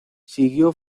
siguió